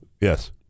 Yes